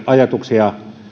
ajatuksia